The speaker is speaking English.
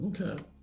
okay